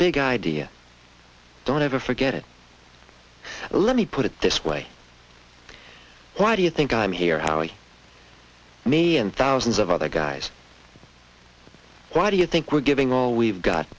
big idea don't ever forget it let me put it this way why do you think i'm here howie me and thousands of other guys why do you think we're giving all we've got